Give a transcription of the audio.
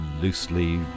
Loosely